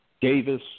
Davis